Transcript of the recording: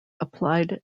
applied